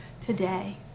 today